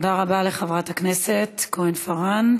תודה רבה לחברת הכנסת כהן-פארן.